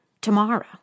tomorrow